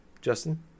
Justin